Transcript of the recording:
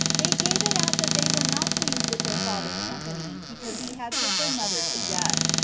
they gave it out that they were not pleased with their father's company, because he had put their mother to death,